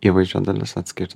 įvaizdžio dalis atskir